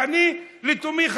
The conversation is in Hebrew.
ואני לתומי,